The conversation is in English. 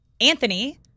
anthony